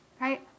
right